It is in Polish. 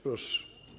Proszę.